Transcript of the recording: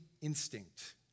instinct